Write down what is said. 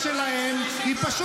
אין